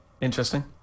Interesting